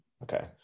Okay